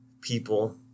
people